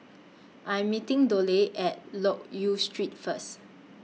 I Am meeting Dollye At Loke Yew Street First